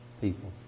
people